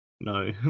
no